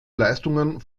leistungen